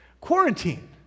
quarantine